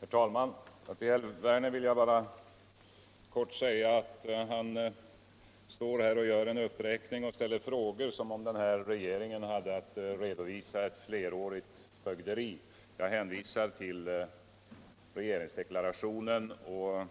Herr talman! Till herr Werner kan jag bara kort säga att han står och gör en uppräkning och ställer frågor som om den hir régeringen hade att redovisa ett flerårigt fögderi. Jag hänvisar till regeringsdektarationen och